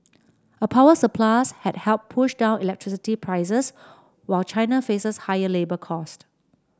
a power surplus has helped push down electricity prices while China faces higher labour cost